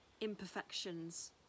imperfections